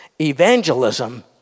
evangelism